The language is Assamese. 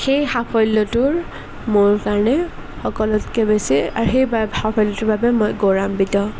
সেই সাফল্যটো মোৰ কাৰণে সকলোতকৈ বেছি আৰু সেই সাফল্যটোৰ বাবে মই গৌৰৱান্বিত